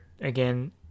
again